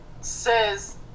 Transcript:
says